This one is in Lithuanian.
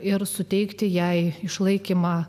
ir suteikti jai išlaikymą